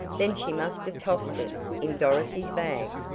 then she must have tossed it in dorothy's bag.